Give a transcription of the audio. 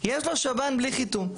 יש לו שב"ן בלי חיתום.